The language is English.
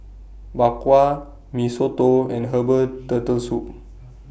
Bak Kwa Mee Soto and Herbal Turtle Soup